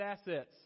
assets